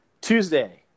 Tuesday